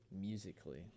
musically